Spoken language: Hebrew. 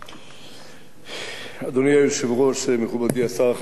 אדוני היושב-ראש, מכובדי השר, חברי חברי הכנסת,